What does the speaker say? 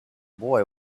boy